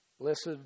Blessed